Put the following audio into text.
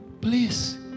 Please